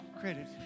credit